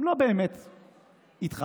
הם לא באמת איתך.